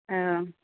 औ